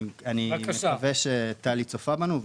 אני מקווה שטלי צופה בנו,